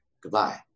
goodbye